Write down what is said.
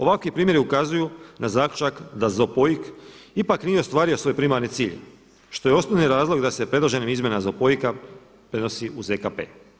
Ovakvi primjeri ukazuju na zaključak da ZOPOIK ipak nije ostvario svoj primarni cilj što je osnovni razlog da se predloženim izmjenama ZOPOIK-a prenosi u ZKP.